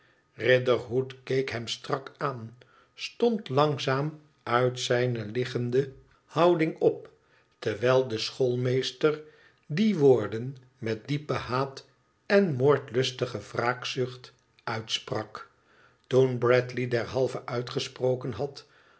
keek hem strak aan stond langzaam uit zijne liggende houding op terwijl de schoolmeester die woorden met diepen haat en moordlustige wraakzucht uitsprak toen bradley derhalve uitgesproken had